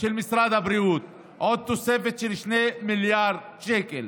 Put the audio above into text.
של משרד הבריאות תוספת של 2 מיליארד שקל.